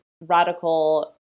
radical